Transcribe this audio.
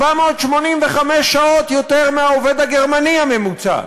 485 שעות יותר מעובד גרמני ממוצע,